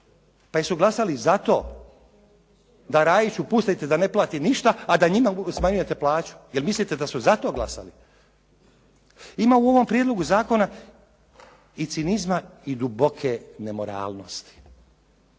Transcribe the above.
Pa jesu glasali za to da Rajiću pustite da ne plati ništa, a da njima smanjujete plaću. Je li mislite da su za to glasali? Ima u ovom prijedlogu zakona i cinizma i duboke nemoralnosti.